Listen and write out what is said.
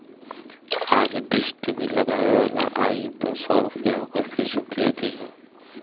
आज dish TV लगावे वाला आई तअ सौ रूपया ओकर फ़ीस दे दिहा